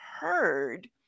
heard